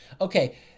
okay